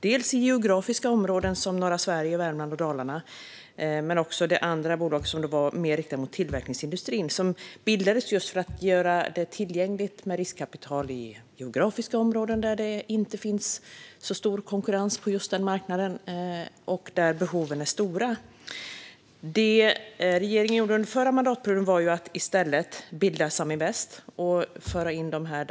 Det gällde dels geografiska områden som norra Sverige, Värmland och Dalarna, dels, i det andra bolaget, mer riktat till tillverkningsindustrin. Bolagen bildades just för att göra riskkapital tillgängligt i geografiska områden där det inte finns så stor konkurrens på marknaden och där behoven är stora. Regeringen bildade under förra mandatperioden i stället Saminvest och förde in bolagen där.